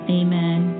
amen